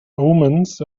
omens